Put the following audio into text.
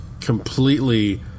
completely